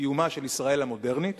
קיומה של ישראל המודרנית